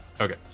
Okay